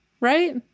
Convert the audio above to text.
right